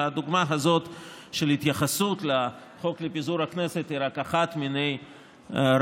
והדוגמה הזאת של התייחסות לחוק לפיזור הכנסת היא רק אחת מני רבות.